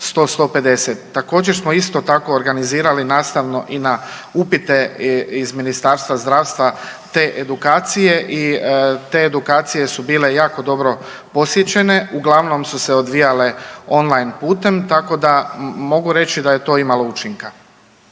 100, 150. Također smo isto tako organizirali nastavno i na upite iz Ministarstva zdravstva te edukacije i te edukacije su bile jako dobro posjećene. Uglavnom su se odvijale on-line putem tako da mogu reći da je to imalo učinka.